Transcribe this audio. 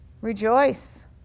Rejoice